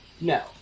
No